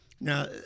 Now